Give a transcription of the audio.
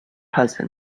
husband